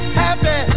happy